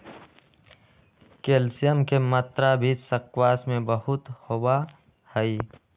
calcium के मात्रा भी स्क्वाश में बहुत होबा हई